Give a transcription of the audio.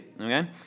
okay